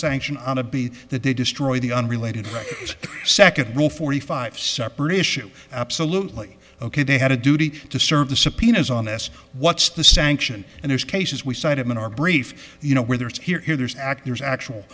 sanction on a be that they destroy the unrelated second rule forty five separate issue absolutely ok they had a duty to serve the subpoenas on this what's the sanction and there's cases we cited in our brief you know whether it's here or here there's actors actual